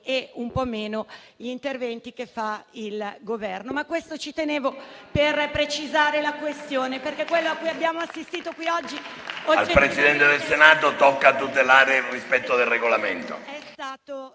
e un po' meno gli interventi che fa il Governo.